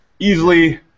easily